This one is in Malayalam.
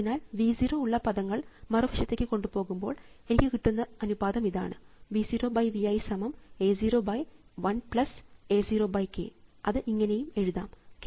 അതിനാൽ V 0 ഉള്ള പദങ്ങൾ മറുവശത്തേക്ക് കൊണ്ടുപോകുമ്പോൾ എനിക്ക് കിട്ടുന്ന അനുപാതം ഇതാണ് V 0 V i സമം A 0 1 A 0 k അത് ഇങ്ങനെയും എഴുതാം k 1 k A 0